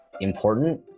important